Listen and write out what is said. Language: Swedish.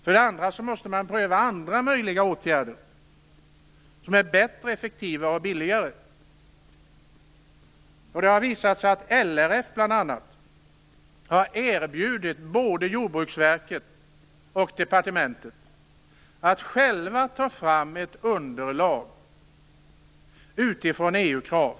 För det andra måste man pröva andra möjliga åtgärder som är bättre, effektivare och billigare. Det har visat sig att bl.a. LRF har erbjudit både Jordbruksverket och departementet att ta fram ett underlag utifrån EU-krav.